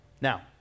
Now